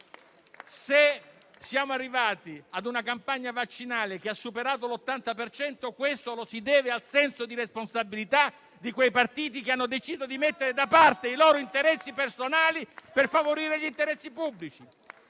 Se la campagna vaccinale ha superato l'80 per cento, lo si deve al senso di responsabilità di quei partiti che hanno deciso di mettere da parte i loro interessi personali, per favorire gli interessi pubblici.